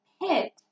hit